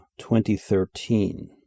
2013